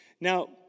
Now